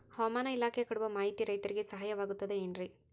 ಹವಮಾನ ಇಲಾಖೆ ಕೊಡುವ ಮಾಹಿತಿ ರೈತರಿಗೆ ಸಹಾಯವಾಗುತ್ತದೆ ಏನ್ರಿ?